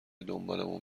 دنبالمون